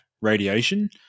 radiation